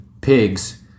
pigs